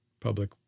public